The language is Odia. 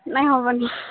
ନାଇଁ ହେବନି